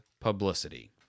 publicity